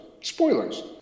Spoilers